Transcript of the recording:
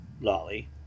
Lolly